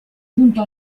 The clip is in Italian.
giunto